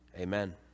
Amen